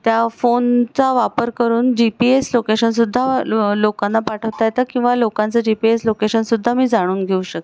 त्या फोनचा वापर करून जी पी एस लोकेशनसुद्धा लो लोकांना पाठवता येतं किंवा लोकांचं जी पी एस लोकेशनसुद्धा मी जाणून घेऊ शकते